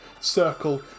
circle